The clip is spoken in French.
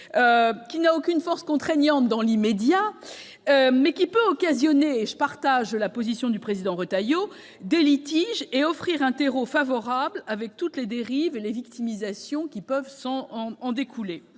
n'a aucune force contraignante dans l'immédiat, mais peut occasionner- je partage sur ce point la position du président Retailleau -des litiges et offrir un terreau favorable à toutes les dérives et victimisations qui peuvent en découler.